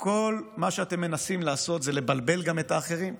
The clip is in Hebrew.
כל מה שאתם מנסים לעשות זה לבלבל גם את האחרים,